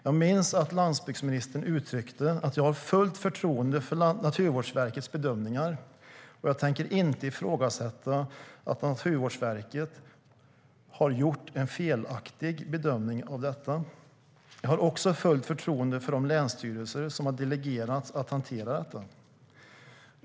Jag minns att landsbygdsministern sa: "Jag har fullt förtroende för Naturvårdsverkets bedömningar, och jag tänker inte ifrågasätta att Naturvårdsverket har gjort en felaktig bedömning av detta. Jag har också fullt förtroende för de länsstyrelser som har delegerats att hantera detta."